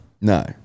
No